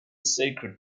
sacred